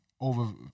over